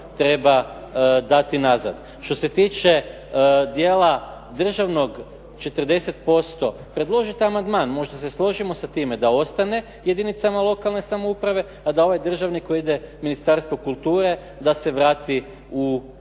treba dati nazad. Što se tiče djela državnog 40% predložite amandman, možda se složimo sa time da ostane jedinicama lokalne samouprave a da ove državne koje ide Ministarstvu kulture da se vrati u